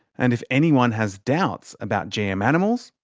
and if anyone has doubts about gm animals,